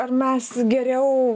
ar mes geriau